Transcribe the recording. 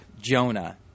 Jonah